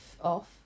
off